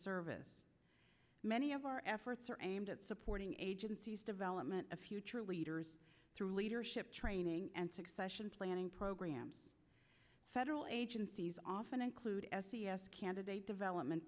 service many of our efforts are aimed at supporting agencies development of future leaders through leadership training and succession planning programs federal agencies often include as candidate development